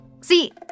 See